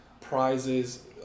prizes